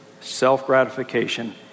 Self-gratification